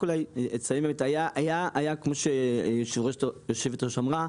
כמו שהיושבת-ראש אמרה,